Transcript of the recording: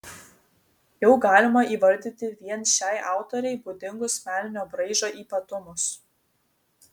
jau galima įvardyti vien šiai autorei būdingus meninio braižo ypatumus